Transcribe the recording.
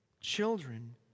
children